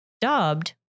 dubbed